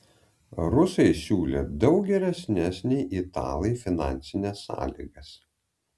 rusai siūlė daug geresnes nei italai finansines sąlygas